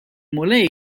mulej